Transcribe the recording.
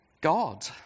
God